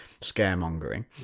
scaremongering